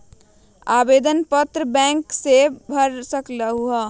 आवेदन पत्र बैंक सेहु भर सकलु ह?